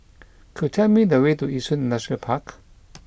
could you tell me the way to Yishun Industrial Park